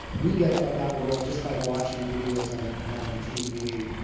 we get ah that world just by watching videos on on tv.